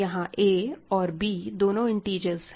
यहां a और b दोनों इंटिजर्स है